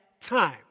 time